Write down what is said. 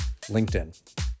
LinkedIn